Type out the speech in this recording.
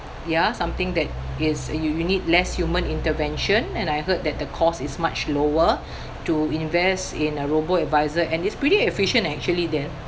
ya something that it's you you need less human intervention and I heard that the cost is much lower to invest in a robo-adviser and it's pretty efficient actually then